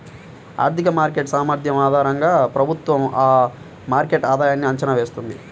ఆర్థిక మార్కెట్ సామర్థ్యం ఆధారంగా ప్రభుత్వం ఆ మార్కెట్ ఆధాయన్ని అంచనా వేస్తుంది